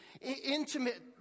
intimate